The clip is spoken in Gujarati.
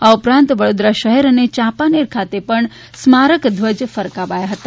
આ ઉપરાંત વડોદરા શહેર અને યાપાંનેર ખાતે પણ સ્મારક ધ્વજ ફરકાવાયા છે